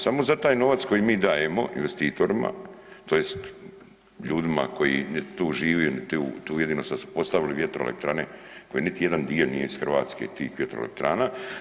Samo za taj novac koji mi dajemo investitorima, tj. ljudima koji tu žive sad su postavili vjetroelektrane koje niti jedan dio nije iz Hrvatske tih vjetroelektrana.